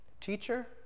teacher